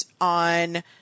on